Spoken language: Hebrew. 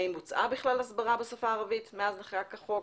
האם בוצעה בכלל הסברה בשפה הערבית מאז נחקק החוק?